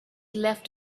left